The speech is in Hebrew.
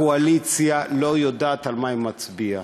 הקואליציה לא יודעת על מה היא מצביעה,